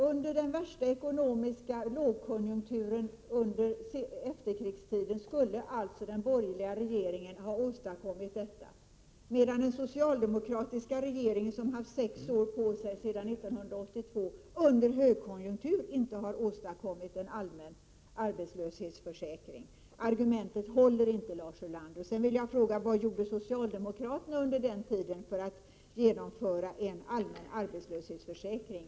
Under den värsta ekonomiska lågkonjunkturen under efterkrigstiden skulle alltså den borgerliga regeringen ha åstadkommit detta, medan den socialdemokratiska regeringen, som har haft sex år på sig sedan 1982, under högkonjunktur inte har åstadkommit en allmän arbetslöshetsförsäkring. Ert argument håller inte, Lars Ulander! Sedan vill jag fråga: Vad gjorde socialdemokraterna under den tiden för att genomföra en allmän arbetslöshetsförsäkring?